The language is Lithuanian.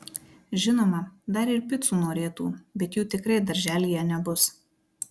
žinoma dar ir picų norėtų bet jų tikrai darželyje nebus